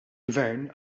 gvern